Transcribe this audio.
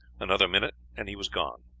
another minute and he was gone.